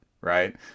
right